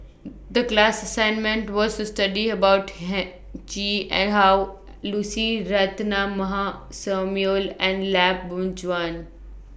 The class assignment was to study about Heng Chee and How Lucy Ratnammah Samuel and Yap Boon Chuan